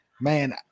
man